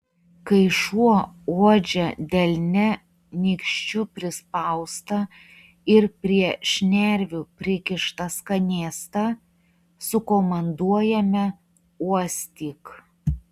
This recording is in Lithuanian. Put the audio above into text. kai šuo uodžia delne nykščiu prispaustą ir prie šnervių prikištą skanėstą sukomanduojame uostyk